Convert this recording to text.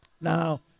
Now